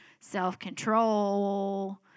self-control